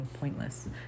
pointless